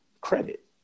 credit